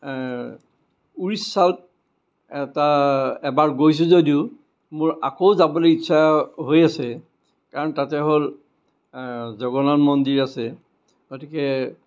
উৰিষ্য়াত এটা এবাৰ গৈছো যদিও মোৰ আকৌ যাবলৈ ইচ্ছা হৈ আছে কাৰণ তাতে হ'ল জগন্নাথ মন্দিৰ আছে গতিকে